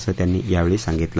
असं त्यानीं यावेळी सांगितलं